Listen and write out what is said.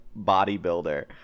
bodybuilder